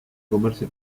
comerse